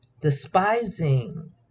Despising